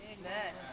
Amen